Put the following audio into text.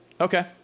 Okay